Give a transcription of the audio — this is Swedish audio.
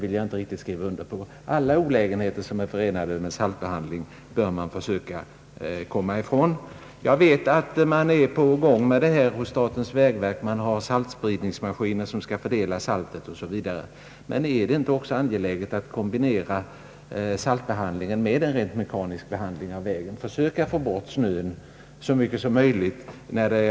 Man bör försöka komma ifrån alla olägenheter som är förenade med saltbehandling. | Jag vet att statens vägverk har en verksamhet i gång med maskiner som skall fördela saltet, men är det inte också angeläget att kombinera saltspridningen med en rent mekanisk behandling av vägen, dvs. att försöka få bort så mycket som möjligt av snön?